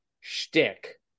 shtick